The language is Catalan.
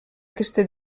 aquesta